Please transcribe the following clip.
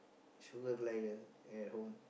sugar glider at home